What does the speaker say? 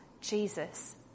Jesus